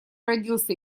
родился